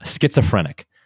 schizophrenic